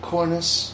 Cornice